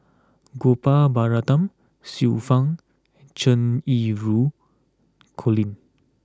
Gopal Baratham Xiu Fang Cheng Yi Ru Colin